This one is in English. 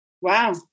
Wow